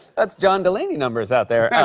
that's john delaney numbers out there.